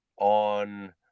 on